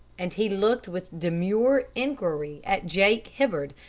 and he looked with demure inquiry at jake hibbard,